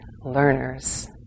learners